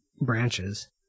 branches